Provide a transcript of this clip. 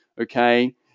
Okay